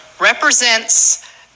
represents